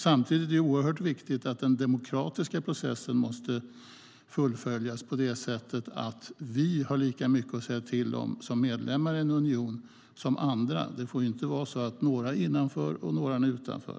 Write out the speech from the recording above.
Samtidigt är det oerhört viktigt att den demokratiska processen fullföljs på så sätt att vi som medlemmar i en union har lika mycket att säga till om som andra. Det får inte vara så att några är innanför och andra utanför.